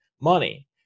money